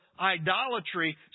idolatry